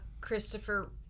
Christopher